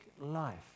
life